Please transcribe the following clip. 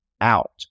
out